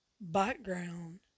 background